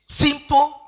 simple